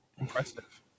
impressive